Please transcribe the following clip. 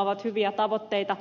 ovat hyviä tavoitteita